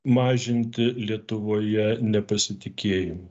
mažinti lietuvoje nepasitikėjimą